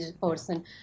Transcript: person